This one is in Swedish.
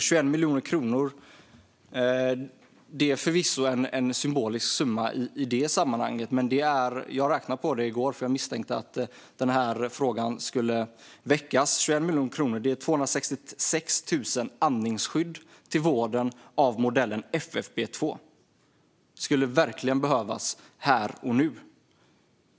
21 miljoner kronor är förvisso en symbolisk summa i detta sammanhang. Men jag räknade på detta i går, eftersom jag misstänkte att denna fråga skulle väckas, och 21 miljoner kronor räcker till 266 000 andningsskydd av modellen FFP2 till vården som verkligen skulle behövas här och nu.